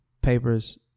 papers